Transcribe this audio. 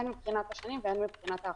הן מבחינת השנים והן מבחינת האחוזים.